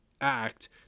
act